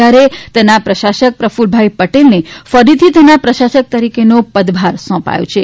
ત્યારે તેના પ્રશાસક પ્રકુલ્લભાઈ પટેલને ફરીથી તેના પ્રશાસક તરીકેનો પદભાર સોંપાયો છે